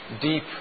deep